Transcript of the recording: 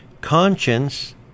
Conscience